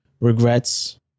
regrets